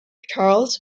charles